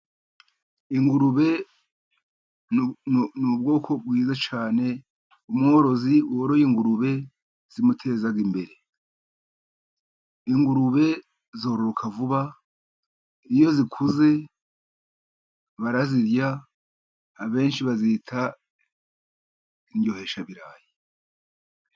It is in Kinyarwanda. Ingurube ni ubwoko bwiza cyane, umworozi woroye ingurube zimuteza imbere, ingurube zororoka vuba, iyo zikuze barazirya, abenshi bazita indyoheshabirayi.